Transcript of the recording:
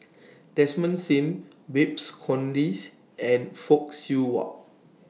Desmond SIM Babes Conde and Fock Siew Wah